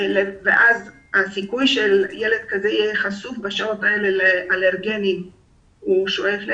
ואז הסיכוי שילד כזה ייחשף בשעות אלו לאלרגנים שואף לאפס,